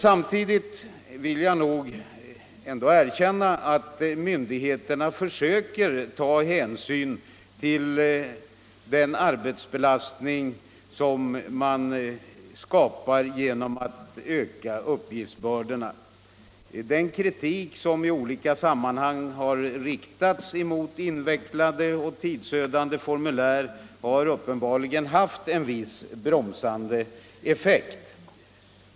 Samtidigt vill jag emellertid erkänna att myndigheterna försöker ta hänsyn till den arbetsbelastning som de skapar genom att öka uppgiftsbördorna. Den kritik som i olika sammanhang har riktats emot invecklade och tidsödande formulär har uppenbarligen haft en viss bromsande effekt.